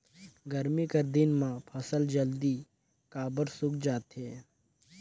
गरमी कर दिन म फसल जल्दी काबर सूख जाथे?